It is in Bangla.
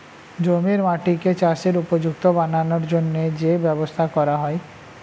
জমির মাটিকে চাষের উপযুক্ত বানানোর জন্যে যে ব্যবস্থা করা হয়